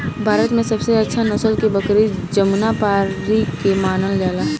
भारत में सबसे अच्छा नसल के बकरी जमुनापारी के मानल जाला